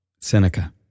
Seneca